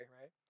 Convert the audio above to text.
right